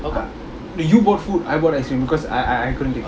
ah no you bought food I bought ice cream because I I I couldn't take it